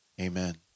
amen